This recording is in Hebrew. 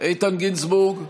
איתן גינזבורג,